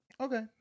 okay